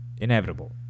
inevitable